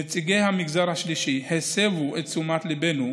נציגי המגזר השלישי הסבו את תשומת ליבנו,